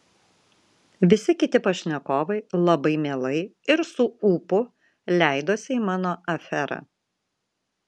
visi kiti pašnekovai labai mielai ir su ūpu leidosi į mano aferą